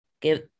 give